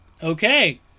Okay